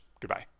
Goodbye